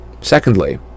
Secondly